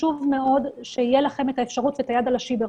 חשוב מאוד שתהיה לכם את האפשרות ואת היד על השיבר.